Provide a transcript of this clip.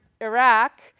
Iraq